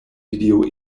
video